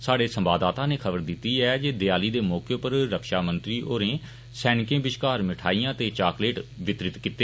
साढ़े संवददाता नै खबर दिती ऐ जे देयाली दे मौके पर रक्षा मंत्री होरें सैनिकें बश्कार मिठाइय ते चाकलेट वितरित कीते